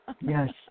Yes